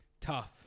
tough